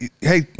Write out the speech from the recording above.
Hey